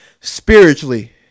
spiritually